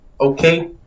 Okay